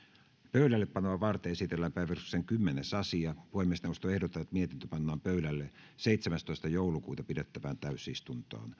pöydällepanoa varten esitellään päiväjärjestyksen kymmenes asia puhemiesneuvosto ehdottaa että mietintö pannaan pöydälle seitsemästoista kahdettatoista kaksituhattayhdeksäntoista pidettävään täysistuntoon